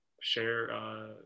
share